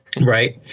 Right